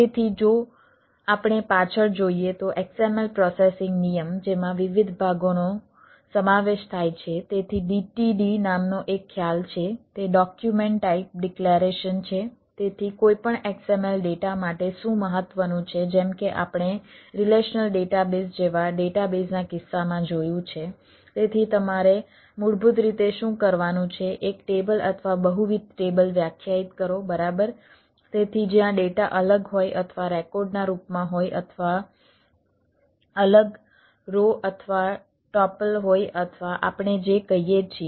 તેથી જો આપણે પાછળ જોઈએ તો XML પ્રોસેસિંગ નિયમ જેમાં વિવિધ ભાગોનો સમાવેશ થાય છે તેથી DTD નામનો એક ખ્યાલ છે તે ડોક્યુમેન્ટ ટાઈપ ડિક્લેરેશન હોય અથવા આપણે જે કહીએ છીએ